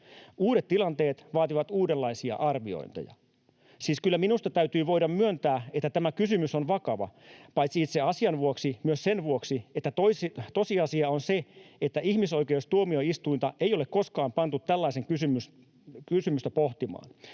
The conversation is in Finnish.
Uudet tilanteet vaativat uudenlaisia arviointeja. Siis kyllä minusta täytyy voida myöntää, että tämä kysymys on vakava paitsi itse asian vuoksi, myös sen vuoksi, että tosiasia on se, että ihmisoikeustuomioistuinta ei ole koskaan pantu tällaista kysymystä pohtimaan.